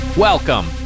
Welcome